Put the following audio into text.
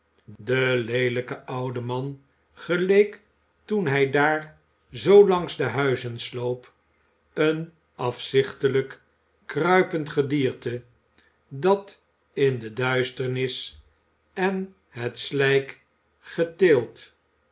de leelijke oude man geleek toen hij daar zoo langs de huizen sloop een afzichtelijk kruipend gedierte dat in de duisternis en het slijk geteeld